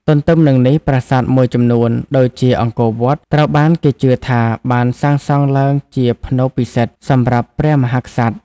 ទទ្ទឹមនឹងនេះ ប្រាសាទមួយចំនួន ដូចជាអង្គរវត្ត ត្រូវបានគេជឿថាបានសាងសង់ឡើងជាផ្នូរពិសិដ្ឋ សម្រាប់ព្រះមហាក្សត្រ។